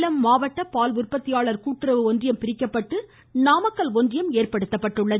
சேலம் மாவட்ட பால் உற்பத்தியாளர்கள் கூட்டுறவு ஒன்றியம் பிரிக்கப்பட்டு நாமக்கல் ஒன்றியம் ஏற்படுத்தப்பட்டுள்ளது